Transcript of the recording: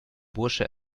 bursche